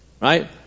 right